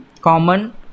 common